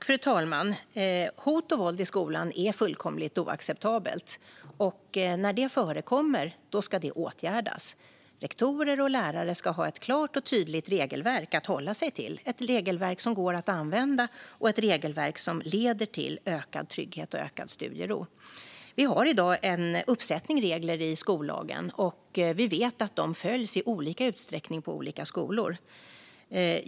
Fru talman! Hot och våld i skolan är fullkomligt oacceptabelt. När det förekommer ska det åtgärdas. Rektorer och lärare ska ha ett klart och tydligt regelverk att hålla sig till. Det ska vara ett regelverk som går att använda och som leder till ökad trygghet och ökad studiero. Det finns i dag en uppsättning regler i skollagen. Vi vet att de följs i olika utsträckning på olika skolor.